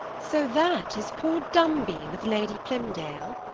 so that is poor dumby with lady plymdale?